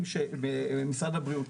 משרד הבריאות.